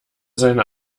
seine